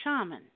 shaman